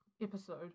episode